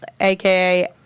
aka